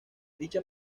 dicha